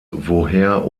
woher